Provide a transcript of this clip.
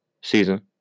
season